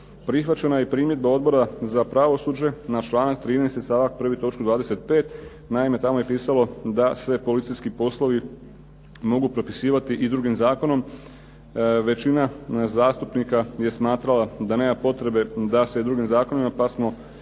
Prihvaćena je i primjedba Odbora za pravosuđe na članak 13. stavak 1. točka 25. Naime, tamo je pisalo da se policijski poslovi mogu propisivati i drugim zakonom. Većina zastupnika je smatrala da nema potrebe da se drugim zakonima pa smo ovu